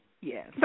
Yes